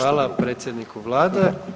Hvala predsjedniku vlade.